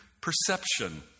perception